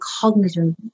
cognitive